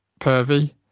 pervy